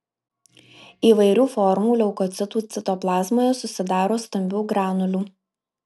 įvairių formų leukocitų citoplazmoje susidaro stambių granulių